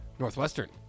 Northwestern